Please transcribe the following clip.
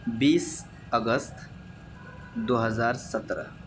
بیس اگست دو ہزار سترہ